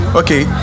okay